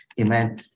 Amen